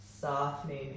softening